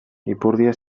ipurdia